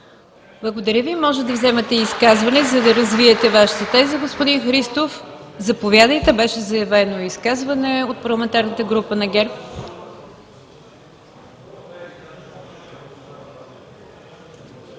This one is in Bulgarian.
Благодаря Ви. Можете да вземете изказване, за да развиете Вашата теза, господин Христов. Заповядайте – беше заявено изказване от парламентарната група на ГЕРБ.